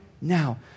now